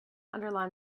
underline